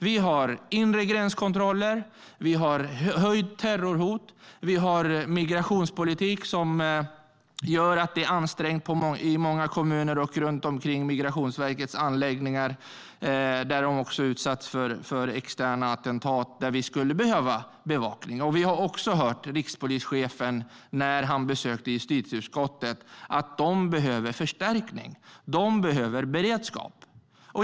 Vi har inre gränskontroller, vi har höjt terrorhot och vi har migrationspolitik som gör att det är ansträngt i många kommuner och runt omkring Migrationsverkets anläggningar, som också har utsatts för externa attentat. Där skulle vi behöva bevakning. Vi har hört av rikspolischefen när han besökte justitieutskottet att de behöver förstärkning. De behöver beredskap.